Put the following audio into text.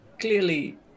clearly